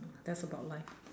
that's about life